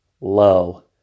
low